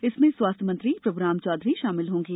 इसमें स्वासथ्य मंत्री प्रभुराम चौधरी शामिल होंगे